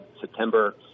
september